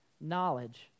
knowledge